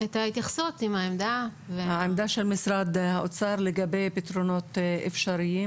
העמדה של משרד האוצר לגבי פתרונות אפשריים